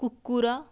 କୁକୁର